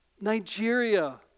Nigeria